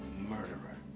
murderer.